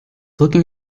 looking